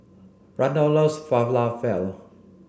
Randolf loves Falafel